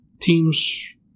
teams